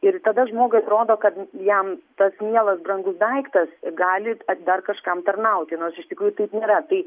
ir tada žmogui atrodo kad jam tas mielas brangus daiktas gali dar kažkam tarnauti nors iš tikrųjų taip nėra tai